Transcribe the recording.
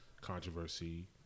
controversy